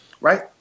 right